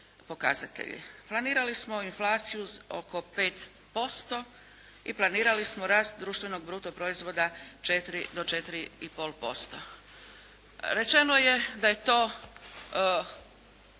Planirali smo inflaciju oko 5% i planirali smo rast društvenog bruto proizvoda 4 do 4,5%. Rečeno je da je to